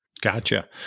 Gotcha